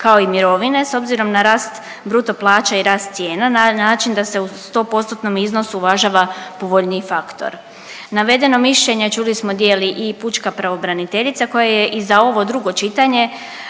kao i mirovine s obzirom na rast bruto plaća i rast cijena na način da se u 100%-tnom iznosu uvažava povoljniji faktor. Navedeno mišljenje, čuli smo, dijeli i pučka pravobraniteljica koja je i za ovo drugo čitanje